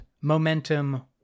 momentum